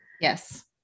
Yes